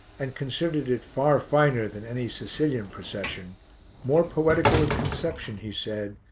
and considered it far finer than any sicilian procession more poetical in conception, he said,